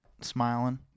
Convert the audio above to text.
smiling